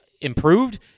improved